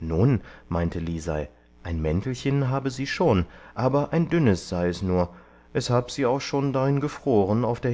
nun meinte lisei ein mäntelchen habe sie schon aber ein dünnes sei es nur es hab sie auch schon darin gefroren auf der